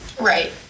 Right